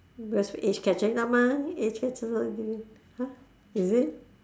because age catch you up mah age catch you !huh! is it